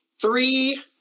three